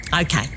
Okay